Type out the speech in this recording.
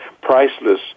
priceless